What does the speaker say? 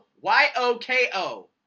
Y-O-K-O